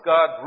God